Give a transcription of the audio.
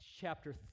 Chapter